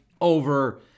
over